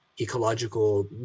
ecological